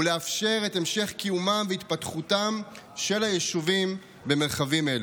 ולאפשר את המשך קיומם והתפתחותם של היישובים במרחבים אלו.